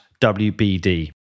WBD